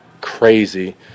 crazy